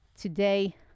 today